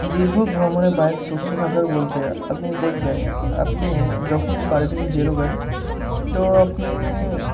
দীর্ঘ ভ্রমণে বাইক সুস্থ থাকার বলতে আপনি দেখবেন আপনি যখনই বাড়ি থেকে বেরোবেন তো আপনি